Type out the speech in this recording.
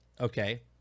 okay